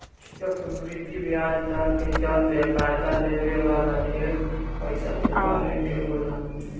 चक्रवृद्धि ब्याज दर के चलते कर्जा लेवे वाला के ढेर पइसा चुकावे के होला